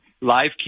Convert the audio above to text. live